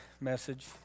message